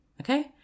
okay